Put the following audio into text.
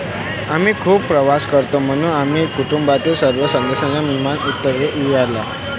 आम्ही खूप प्रवास करतो म्हणून आम्ही कुटुंबातील सर्व सदस्यांचा विमा उतरविला